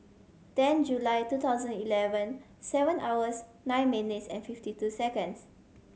ten July two thousand eleven seven hours nine minutes and fifty two seconds